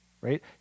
right